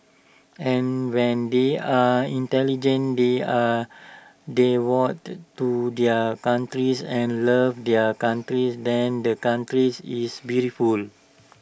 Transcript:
and when they are intelligent they are devoted to their countries and love their countries then the countries is beautiful